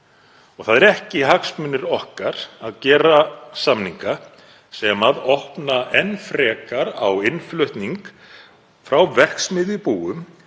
Það eru ekki hagsmunir okkar að gera samninga sem opna enn frekar á innflutning frá verksmiðjubúum